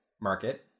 market